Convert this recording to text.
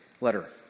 letter